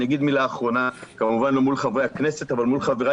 אני אגיד מילה אחרונה מול חבריי באוצר,